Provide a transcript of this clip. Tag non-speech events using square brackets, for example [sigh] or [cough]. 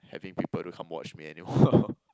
having people to come watch me anymore [laughs]